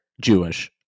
Jewish